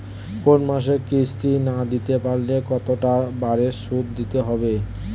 কোন মাসে কিস্তি না দিতে পারলে কতটা বাড়ে সুদ দিতে হবে?